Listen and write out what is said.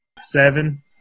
seven